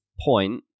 point